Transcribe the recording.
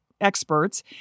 experts